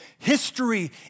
History